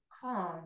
calm